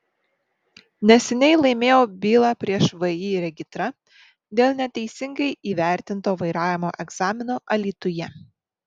neseniai laimėjau bylą prieš vį regitra dėl neteisingai įvertinto vairavimo egzamino alytuje